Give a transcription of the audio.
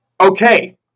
Okay